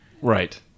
right